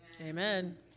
Amen